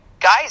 guys